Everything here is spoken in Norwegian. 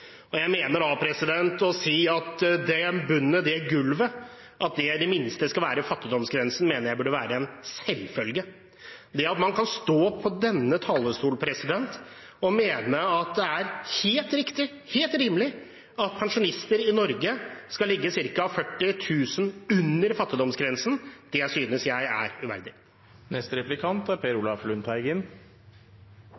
At det gulvet i det minste skal være fattigdomsgrensen, mener jeg burde være en selvfølge. At man kan stå på denne talerstolen og mene at det er helt riktig og rimelig at pensjonister i Norge skal ligge ca. 40 000 kr under fattigdomsgrensen, synes jeg er uverdig. Det er